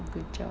good job